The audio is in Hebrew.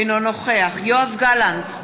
אינו נוכח יואב גלנט,